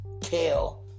kale